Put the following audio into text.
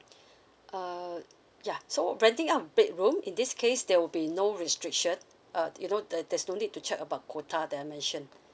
uh ya so renting out a bedroom in this case there will be no restriction uh you know there there's no need to check about quota dimension